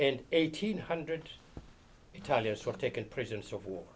and eighteen hundred italians were taken prisoners of war